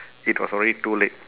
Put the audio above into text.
it was already too late